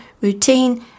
routine